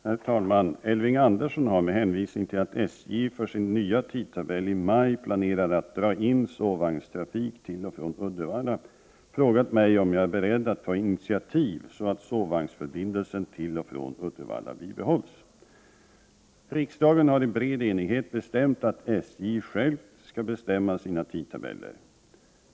Herr talman! Elving Andersson har, med hänvisning till att SJ för sin nya tidtabell i maj planerar att dra in sovvagnstrafik till och från Uddevalla, frågat mig om jag är beredd att ta initiativ så att sovvagnsförbindelsen till och från Uddevalla bibehålls. Riksdagen har i bred enighet bestämt att SJ självt skall bestämma sina tidtabeller.